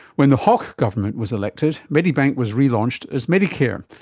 when the hawke government was elected, medibank was relaunched as medicare,